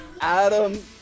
Adam